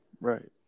Right